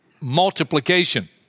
multiplication